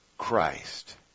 Christ